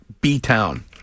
B-Town